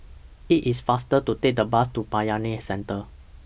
IT IS faster to Take The Bus to Bayanihan Centre